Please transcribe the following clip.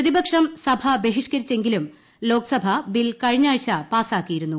പ്രതിപക്ഷം സഭ ബഹിഷ്ക്കരിച്ചെങ്കിലും ലോക്സഭ ബിൽ കഴിഞ്ഞയാഴ്ച പാസ്സാക്കിയിരുന്നു